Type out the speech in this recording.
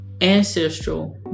ancestral